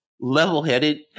level-headed